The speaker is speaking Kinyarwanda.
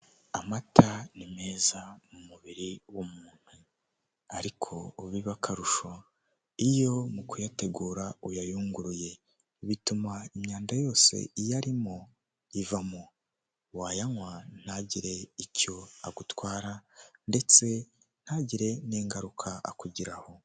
Amata ni meza mu mubiri w'umuntu ariko biba akarusho iyo mu kuyategura uyayunguruye, bituma imyanda yose iyarimo ivamo wayanywa ntagire icyo agutwara ndetse ntagire n'ingaruka akugiraho.